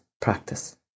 Practice